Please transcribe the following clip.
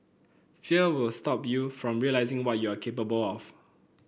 fear will stop you from realising what you are capable of